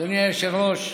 אדוני היושב-ראש,